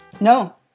No